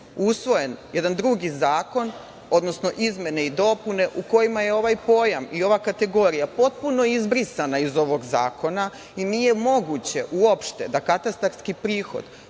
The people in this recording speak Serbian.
usvojen jedan drugi zakon, odnosno izmene i dopune u kojima je ovaj pojam i ova kategorija potpuno izbrisana iz ovog zakona i nije moguće uopšte da katastarski prihod